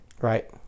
Right